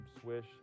swish